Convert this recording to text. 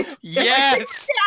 Yes